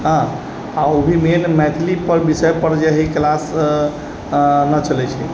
हँ आओर भी मेन मैथिलीपर विषयपर जे क्लास नहि चलै छै